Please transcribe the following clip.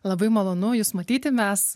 labai malonu jus matyti mes